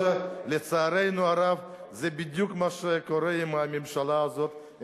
לצערנו הרב זה בדיוק מה שקורה עם הממשלה הזאת.